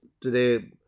today